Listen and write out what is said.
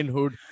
Hood